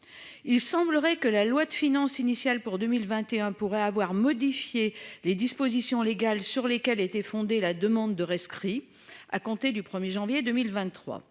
Il semblerait que la loi de finances initiale pour 2021 pourrait avoir modifié les dispositions légales sur lesquelles était fondée la demande de rescrit à compter du 1er janvier 2023,